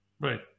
Right